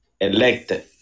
elected